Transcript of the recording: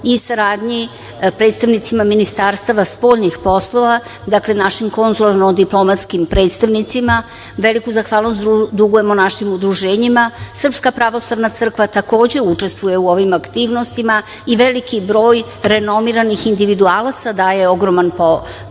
i saradnji predstavnicima Ministarstava spoljnih poslova, našim konzularno-diplomatskim predstavnicima. Veliku zahvalnost dugujemo našim udruženjima. Srpska pravoslavna crkva takođe učestvuje u ovim aktivnostima i veliki broj renomiranih individualaca daje ogromnu podršku